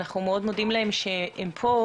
ואנחנו מאוד מודים להם על שהם כאן.